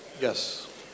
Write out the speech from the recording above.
Yes